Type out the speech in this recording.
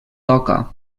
toca